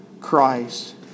Christ